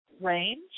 range